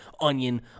onion